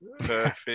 perfect